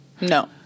No